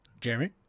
Jeremy